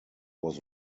was